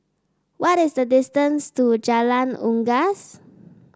what is the distance to Jalan Unggas